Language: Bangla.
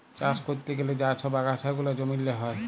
চাষ ক্যরতে গ্যালে যা ছব আগাছা গুলা জমিল্লে হ্যয়